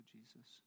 Jesus